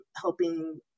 helping